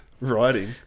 Writing